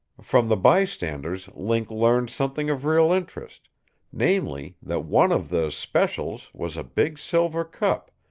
from the bystanders link learned something of real interest namely, that one of the specials was a big silver cup,